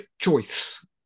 choice